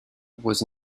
was